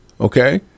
Okay